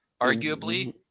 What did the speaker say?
arguably